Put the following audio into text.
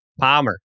Palmer